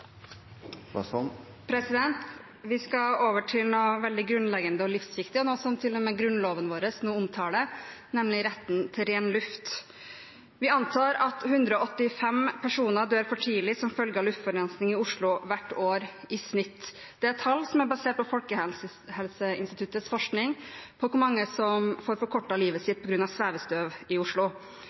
noe som til og med grunnloven vår nå omtaler, nemlig retten til ren luft. Vi antar at gjennomsnittlig 185 personer dør for tidlig som følge av luftforurensing i Oslo hvert år. Det er et tall som er basert på Folkehelseinstituttets forskning om hvor mange som får forkortet livet sitt på grunn av svevestøv i Oslo. 200 000 mennesker, dvs. en fjerdedel av Oslos befolkning, lever i farlig høy forurensing i Oslo